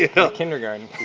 you know kindergarten.